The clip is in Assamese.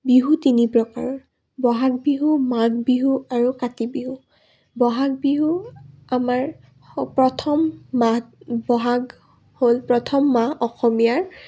বিহু তিনি প্ৰকাৰৰ বহাগ বিহু মাঘ বিহু আৰু কাতি বিহু বহাগ বিহু আমাৰ প্ৰথম মাহ বহাগ হ'ল প্ৰথম মাহ অসমীয়াৰ